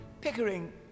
Pickering